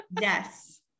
Yes